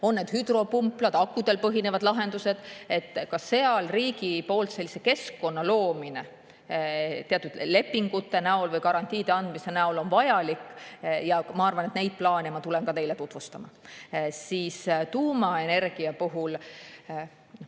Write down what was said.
on need hüdropumplad või akudel põhinevad lahendused. Ka riigi poolt sellise keskkonna loomine teatud lepingute või garantiide andmise näol on vajalik. Ma arvan, et neid plaane ma tulen ka teile tutvustama. Tuumaenergia.